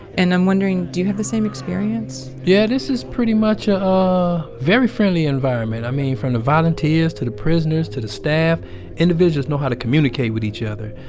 and i'm wondering, do you have the same experience? yeah. this is pretty much ah a very friendly environment. i mean, from the volunteers, to the prisoners, to the staff individuals know how to communicate with each other,